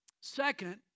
Second